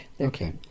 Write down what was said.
Okay